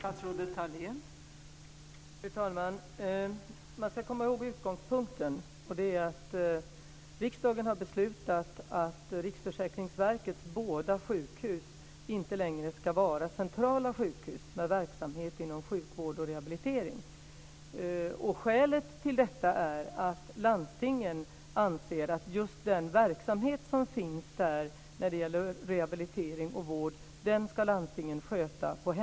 Fru talman! Man ska komma ihåg utgångspunkten, nämligen att riksdagen har beslutat att Riksförsäkringsverkets båda sjukhus inte längre ska vara centrala sjukhus med verksamhet inom sjukvård och rehabilitering. Skälet till detta är att landstingen anser att landstingen på hemmaplan ska sköta just den verksamhet som finns där när det gäller rehabilitering och vård.